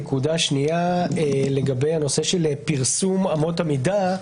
נקודה שנייה לגבי הנושא של פרסום אמות המידה.